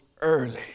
early